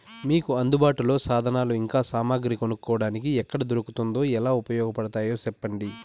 మీకు అందుబాటులో సాధనాలు ఇంకా సామగ్రి కొనుక్కోటానికి ఎక్కడ దొరుకుతుందో ఎలా ఉపయోగపడుతాయో సెప్పండి?